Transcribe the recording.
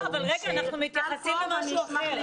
רגע, אבל אנחנו מתייחסים למשהו אחר.